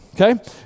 okay